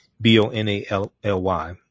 B-O-N-A-L-L-Y